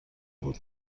بود